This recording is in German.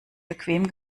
bequem